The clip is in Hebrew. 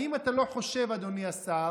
האם אתה לא חושב, אדוני השר,